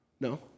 No